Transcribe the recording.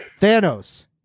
Thanos